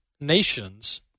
nations